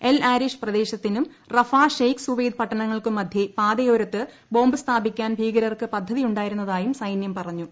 L Arish പ്രദേശത്തിനും Rafah Sheikh Zuweid പട്ടണങ്ങൾക്കും മധ്യേ പാതയോരത്ത് ബോംബ് സ്ഥാപിക്കാൻ ഭീകരർക്ക് പദ്ധതിയുണ്ടായിരുന്നതായും സൈന്യം പറഞ്ഞു